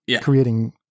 creating